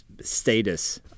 status